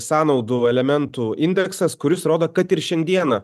sąnaudų elementų indeksas kuris rodo kad ir šiandieną